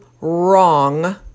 wrong